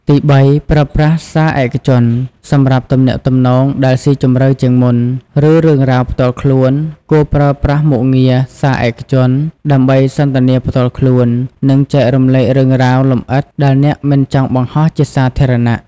ទីបី ប្រើប្រាស់សារឯកជន សម្រាប់ទំនាក់ទំនងដែលស៊ីជម្រៅជាងមុន ឬរឿងរ៉ាវផ្ទាល់ខ្លួន គួរប្រើប្រាស់មុខងារ សារឯកជន ដើម្បីសន្ទនាផ្ទាល់ខ្លួន និងចែករំលែករឿងរ៉ាវលម្អិតដែលអ្នកមិនចង់បង្ហោះជាសាធារណៈ។